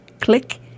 click